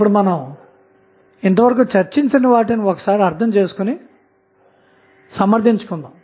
ఇప్పుడు మనం ఇంతవరకు చర్చించిన వాటిని ఒకసారి అర్థం చేసుకుని సమర్థించుకుందాం